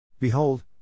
Behold